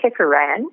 kefiran